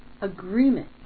agreement